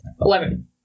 Eleven